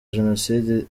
jenoside